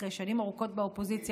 אחרי שנים רבות באופוזיציה,